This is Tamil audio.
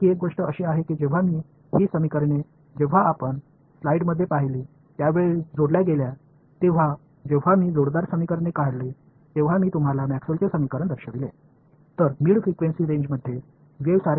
மற்றொரு விஷயம் என்னவென்றால் இந்த சமன்பாடுகளை நீங்கள் ஸ்லைடுகளில் பார்த்ததைப் போல இணைக்கும்போது மேக்ஸ்வெல்லின் Maxwell's சமன்பாடுகளை நான் உங்களுக்குக் காட்டியபோது நான் சமன்பாடுகளை இணைத்தபோது ஒரு அலையின் சமன்பாடு வெளிவருகிறது